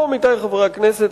עמיתי חברי הכנסת,